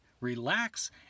relax